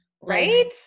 right